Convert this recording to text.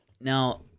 now